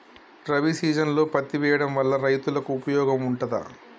రబీ సీజన్లో పత్తి వేయడం వల్ల రైతులకు ఉపయోగం ఉంటదా?